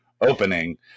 opening